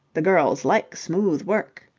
the girls like smooth work.